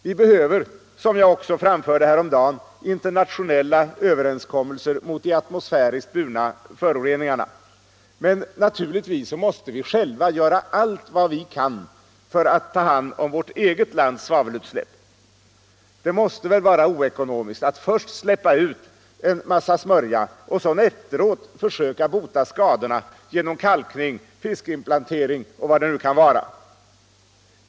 Vi behöver, som jag också framförde häromdagen, internationella överenskommelser mot de atmosfäriskt burna föroreningarna, men naturligtvis måste vi själva göra allt vad vi kan för att ta hand om vårt eget lands svavelutsläpp. Det måste väl vara oekonomiskt att först släppa ut en massa smörja och efteråt försöka bota skadorna genom kalkning, fiskinplantering och vad det nu kan vara.